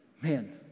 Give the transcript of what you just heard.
Man